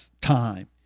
time